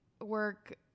work